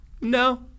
No